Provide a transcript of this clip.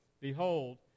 behold